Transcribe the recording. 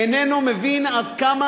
איננו מבין עד כמה